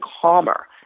calmer